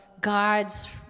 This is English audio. God's